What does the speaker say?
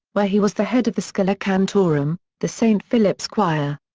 where he was the head of the schola cantorum the st. philip's choir.